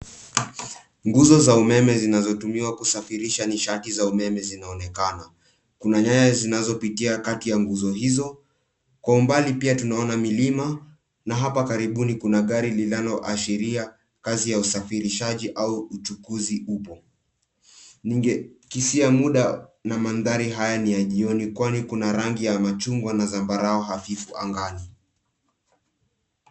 Nguzo za umeme zinazotumiwa kusafirisha nishati za umeme zinaonekana. Kuna nyaya zinazopitia kati ya nguzo hizo. Kwa umbali pia tunaona milima na hapa karibuni kuna gari linaloashiria kazi ya usafirishaji au uchukuzi upo. Ningekisia muda na mandhari haya ni ya jioni kwani kuna rangi ya machungwa na zambarau hafifu angani.